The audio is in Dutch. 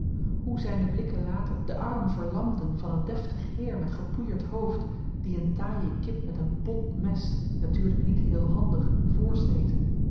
hoe zijne blikken later den arm verlamden van een deftig heer met gepoeierd hoofd die een taaie kip met een bot mes natuurlijk niet heel handig